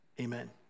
amen